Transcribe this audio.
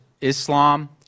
Islam